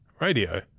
radio